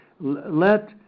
let